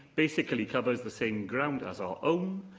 basically covers the same ground as our own.